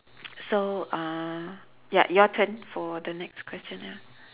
so uh ya your turn for the next question ya